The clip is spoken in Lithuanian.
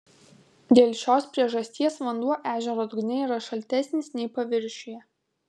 dėl šios priežasties vanduo ežero dugne yra šaltesnis nei paviršiuje